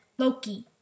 Loki